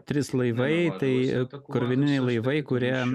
trys laivai tai krovininiai laivai kurie